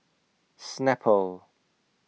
Snapple